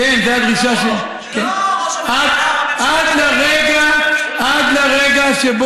כן, זה הדרישה, זה לא ראש הממשלה או